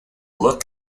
look